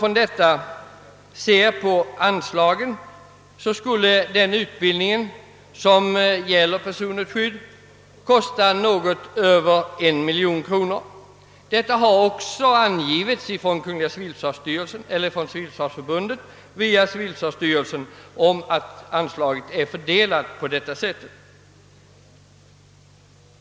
Om man ser på anslagen mot denna bakgrund så finner man att utbildningen i personligt skydd skulle kosta något över en miljon kronor. Att anslaget är fördelat så har också angivits av civilförsvarsförbundet via civilförsvarsstyrelsen.